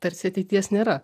tarsi ateities nėra